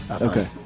Okay